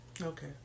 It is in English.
Okay